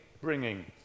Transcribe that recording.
bringing